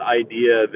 idea